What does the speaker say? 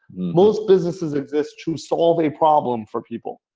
most businesses exist to solve a problem for people.